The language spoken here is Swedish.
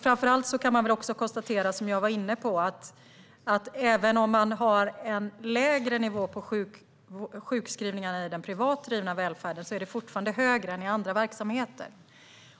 Framför allt kan man också konstatera, som jag var inne på, att även om man har en lägre nivå på sjukskrivningarna i den privat drivna välfärden är den fortfarande högre än i andra verksamheter.